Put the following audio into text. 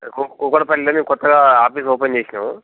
కూకట్పల్లిలో మేము కొత్తగా ఆఫీస్ ఓపెన్ చేసినాం